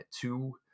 two